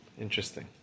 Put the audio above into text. Interesting